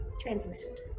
Translucent